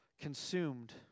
consumed